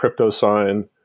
CryptoSign